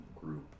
group